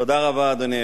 אדוני היושב-ראש,